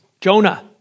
Jonah